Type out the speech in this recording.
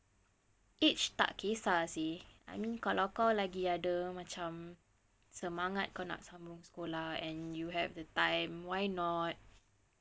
age tak kisah seh I mean kalau kau lagi ada macam semangat kau nak sambung sekolah and you have the time why not